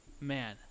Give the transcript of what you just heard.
man